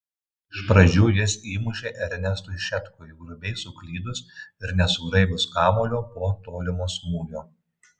iš pradžių jis įmušė ernestui šetkui grubiai suklydus ir nesugraibius kamuolio po tolimo smūgio